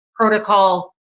protocol